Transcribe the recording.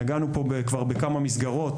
נגענו כבר בכמה מסגרות,